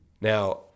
Now